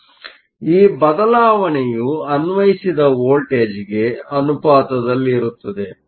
ಆದ್ದರಿಂದ ಈ ಬದಲಾವಣೆಯು ಅನ್ವಯಿಸಿದ ವೋಲ್ಟೇಜ್ಗೆ ಅನುಪಾತದಲ್ಲಿರುತ್ತದೆ